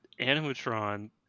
animatron